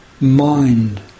mind